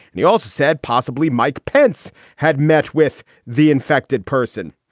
and he also said possibly mike pence had met with the infected person.